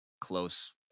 close